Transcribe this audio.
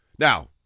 Now